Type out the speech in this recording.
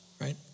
Right